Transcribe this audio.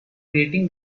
creating